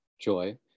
joy